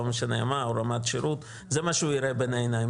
משנה מה או רמת השירות זה מה שהוא יראה בין העיניים.